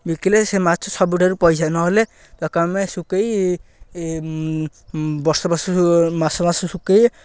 ବିକିଲେ ସେ ମାଛ ସବୁଠାରୁ ପଇସା ନହେଲେ ତାକୁ ଆମେ ଶୁଖେଇ ବର୍ଷ ବର୍ଷ ମାସ ମାସ ଶୁଖେଇ